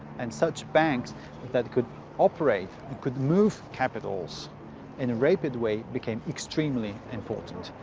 and such banks that could operate and could move capitals in a rapid way became extremely important,